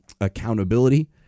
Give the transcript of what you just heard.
accountability